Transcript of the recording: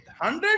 hundred